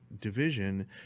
division